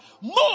More